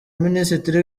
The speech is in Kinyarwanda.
minisitiri